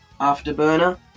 Afterburner